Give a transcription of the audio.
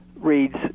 reads